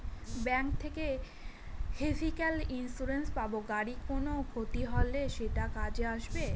bank থেকে vehicle insurance পাব গাড়ির কোনো ক্ষতি হলে সেটা কাজে আসবে